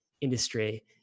industry